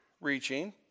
reaching